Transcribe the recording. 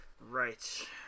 Right